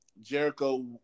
Jericho